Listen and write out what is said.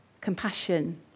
Compassion